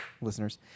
listeners